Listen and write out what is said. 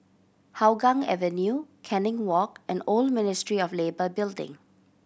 Hougang Avenue Canning Walk and Old Ministry of Labour Building